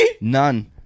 None